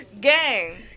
Gang